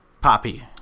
Poppy